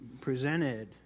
presented